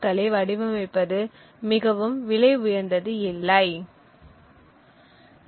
க்களை வடிவமைப்பது மிகவும் விலை உயர்ந்தது இல்லை